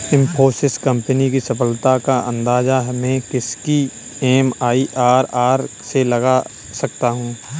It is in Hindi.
इन्फोसिस कंपनी की सफलता का अंदाजा मैं इसकी एम.आई.आर.आर से लगा सकता हूँ